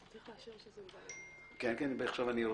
אני מודיע,